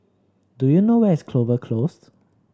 do you know where is Clover Close